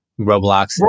Roblox